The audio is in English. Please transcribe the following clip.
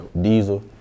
Diesel